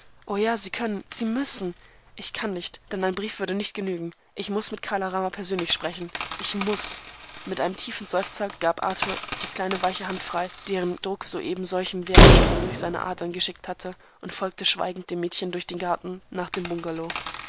o ja sie können sie müssen ich kann nicht denn ein brief würde nicht genügen ich muß mit kala rama persönlich sprechen ich muß mit einem tiefen seufzer gab arthur die kleine welche hand frei deren druck soeben solchen wärmestrom durch seine adern geschickt hatte und folgte schweigend dem mädchen durch den garten nach dem bungalow